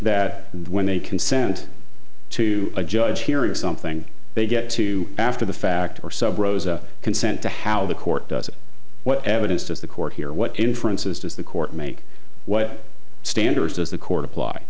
that when they consent to a judge hearing something they get to after the fact or sub rosa consent to how the court does it what evidence does the court hear what inferences does the court make what standards does the court apply